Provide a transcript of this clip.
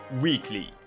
Weekly